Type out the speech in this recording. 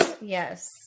Yes